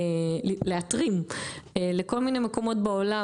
להתרים לכל מיני מקומות בעולם,